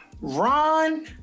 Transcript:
Ron